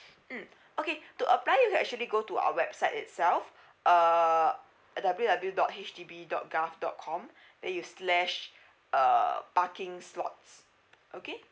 mm okay to apply you can actually go to our website itself uh W_W_W dot H D B dot gov dot com then you slash uh parking slots okay